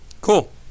Cool